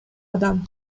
адам